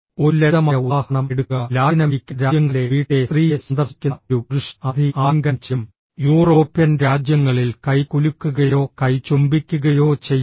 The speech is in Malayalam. ഒരു ലളിതമായ ഉദാഹരണം എടുക്കുക ലാറ്റിനമേരിക്കൻ രാജ്യങ്ങളിലെ വീട്ടിലെ സ്ത്രീയെ സന്ദർശിക്കുന്ന ഒരു പുരുഷ അതിഥി ആലിംഗനം ചെയ്യും യൂറോപ്യൻ രാജ്യങ്ങളിൽ കൈ കുലുക്കുകയോ കൈ ചുംബിക്കുകയോ ചെയ്യും